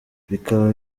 bikaba